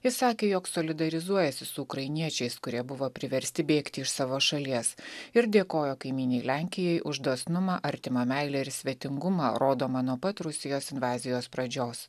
jis sakė jog solidarizuojasi su ukrainiečiais kurie buvo priversti bėgti iš savo šalies ir dėkojo kaimynei lenkijai už dosnumą artimą meilę ir svetingumą rodomą nuo pat rusijos invazijos pradžios